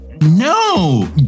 no